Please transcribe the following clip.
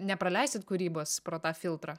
nepraleisit kūrybos pro tą filtrą